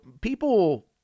people